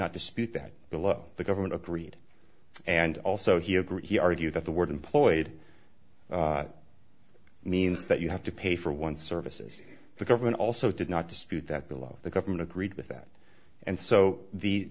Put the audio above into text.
not dispute that below the government agreed and also he agreed he argued that the word employed means that you have to pay for one services the government also did not dispute that the law the government agreed with that and so